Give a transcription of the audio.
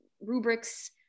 rubrics